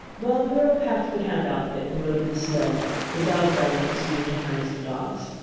while perrault packed the camp outfit and loaded the sled the dog-driver proceeded to harness the dogs.